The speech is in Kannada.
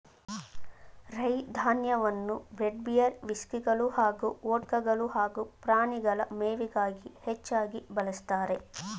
ರೈ ಧಾನ್ಯವನ್ನು ಬ್ರೆಡ್ ಬಿಯರ್ ವಿಸ್ಕಿಗಳು ಹಾಗೂ ವೊಡ್ಕಗಳು ಹಾಗೂ ಪ್ರಾಣಿಗಳ ಮೇವಿಗಾಗಿ ಹೆಚ್ಚಾಗಿ ಬಳಸ್ತಾರೆ